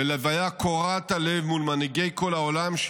בלוויה קורעת הלב מול מנהיגי כל העולם,